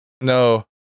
No